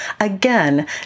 Again